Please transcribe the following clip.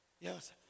Yes